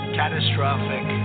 catastrophic